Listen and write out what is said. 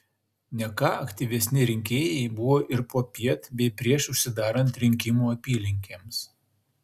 ne ką aktyvesni rinkėjai buvo ir popiet bei prieš užsidarant rinkimų apylinkėms